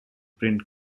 print